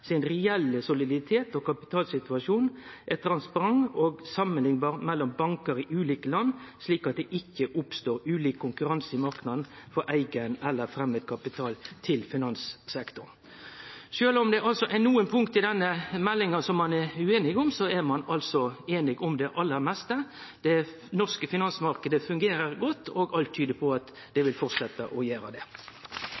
er transparent og samanliknbar mellom bankar i ulike land, slik at det ikkje oppstår ulik konkurranse i marknaden for eigenkapital eller framandkapital til finanssektoren. Sjølv om det altså er nokre punkt i denne meldinga som ein er ueinig om, er ein einig om det aller meste. Den norske finansmarknaden fungerer godt, og alt tyder på at han vil fortsetje å gjere det.